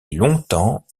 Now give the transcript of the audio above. longtemps